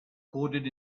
coded